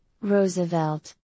Roosevelt